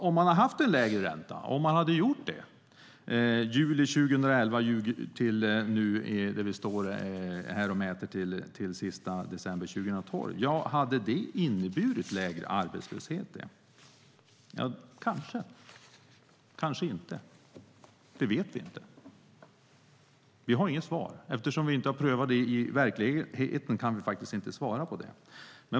Om man hade haft en lägre ränta, om man hade gjort det juli 2011 till sista december 2012, som vi mäter, hade det inneburit lägre arbetslöshet? Kanske - kanske inte. Det vet vi inte. Vi har inget svar. Eftersom vi inte har prövat det i verkligheten kan vi inte svara på det.